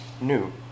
new